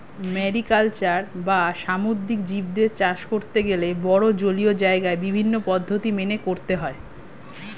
mariculture বা সামুদ্রিক জীবদের চাষ করতে গেলে বড়ো জলীয় জায়গায় বিভিন্ন পদ্ধতি মেনে করতে হয়